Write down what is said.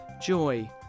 joy